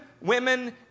women